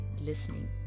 listening